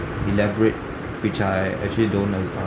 elaborate which I actually don't know about